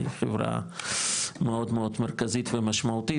חברה מאוד מאוד מרכזית ומשמעותית,